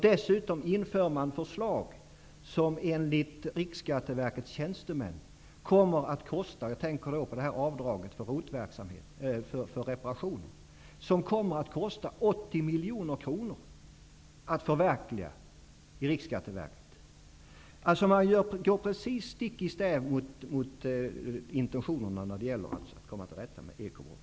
Dessutom lägger man fram förslag som enligt Riksskatteverkets tjänstemän kommer att kosta -- jag tänker på avdraget för reparationer -- 80 miljoner kronor att förverkliga. Det går precis stick i stäv mot intentionerna när det gäller att komma till rätta med ekobrotten.